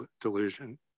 delusion